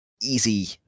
easy